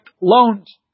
loans